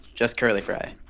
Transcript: just curly fry.